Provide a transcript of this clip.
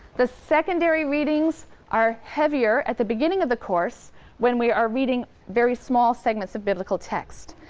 the secondary readings are heavier at the beginning of the course when we are reading very small segments of biblical text.